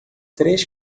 três